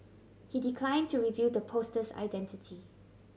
he decline to reveal the poster's identity